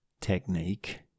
technique